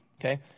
Okay